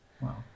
Wow